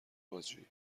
بازجویی